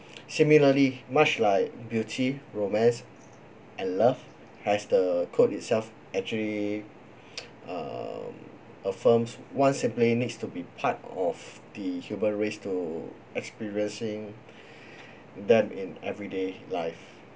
similarly much like beauty romance and love has the code itself actually um affirms one simply needs to be part of the human race to experiencing that in everyday life